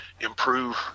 improve